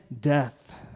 death